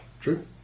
True